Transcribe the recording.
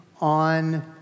on